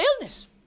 illness